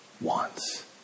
wants